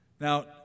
Now